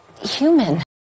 human